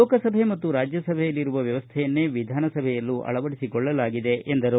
ಲೋಕಸಭೆ ಮತ್ತು ರಾಜ್ಯಸಭೆಯಲ್ಲಿರುವ ವ್ಯವಸ್ಥೆಯನ್ನೇ ವಿಧಾನಸಭೆಯಲ್ಲೂ ಅಳವಡಿಸಿಕೊಳ್ಳಲಾಗಿದೆ ಎಂದರು